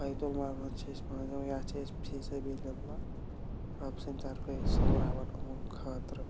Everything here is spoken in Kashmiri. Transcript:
بیتُل مال منٛز چھِ أسۍ پونٛسہٕ دِوان یا چھِ أسۍ فی سبیٖل اللہ رۄب سٕنٛدِ طرفَے سۄمبراوان یِمَن خٲطرٕ